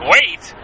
Wait